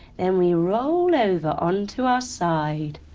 then we roll over onto our side,